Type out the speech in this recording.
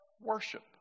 worship